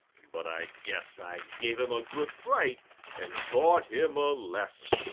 but i guess i gave him a good fright and taught him a lesson.